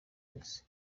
yose